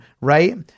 right